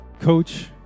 coach